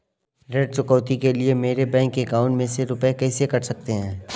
ऋण चुकौती के लिए मेरे बैंक अकाउंट में से रुपए कैसे कट सकते हैं?